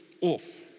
off